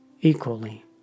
equally